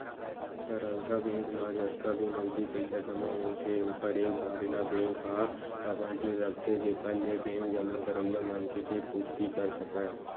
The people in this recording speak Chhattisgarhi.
तरलता बेंक म जतका भी नगदी पइसा जमा होथे ओखर एक भाग ल बेंक ह अपन तीर रखथे जेखर ले बेंक जमा करइया मनखे के पुरती कर सकय